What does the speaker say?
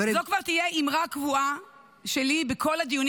זו כבר תהיה אמרה קבועה שלי בכל הדיונים